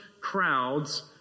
crowds